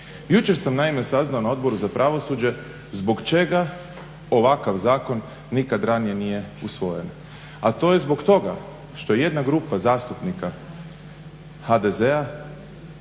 Jučer sam naime saznao na Odboru za pravosuđe zbog čega ovakav zakon nikad ranije nije usvojen. A to je zbog toga što jedna grupa zastupnika HDZ-a